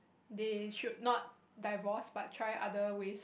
they should not divorce but try other ways